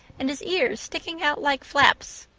and his ears sticking out like flaps.